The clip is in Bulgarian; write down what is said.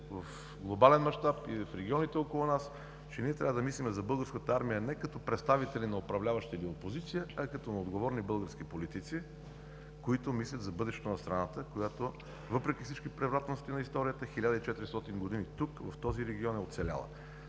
в глобален мащаб и в регионите около нас, че ние трябва да мислим за Българската армия не като представители на управляващи или опозиция, а като отговорни български политици, които мислят за бъдещето на страната, която въпреки всички превратности на историята –1400 години тук в този регион, е оцеляла.